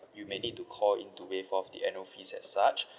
you may need to call in to waive off the annual fees and such